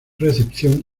recepción